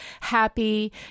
happy